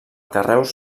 carreus